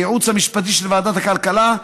בייעוץ המשפטי של ועדת הכלכלה,